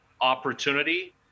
opportunity